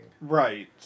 right